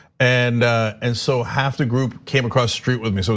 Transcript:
and and so half the group came across street with me, so